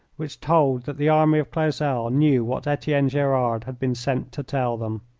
which told that the army of clausel knew what etienne gerard had been sent to tell them.